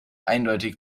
eindeutig